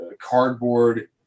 cardboard